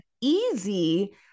Easy